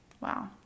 Wow